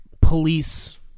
police